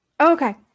Okay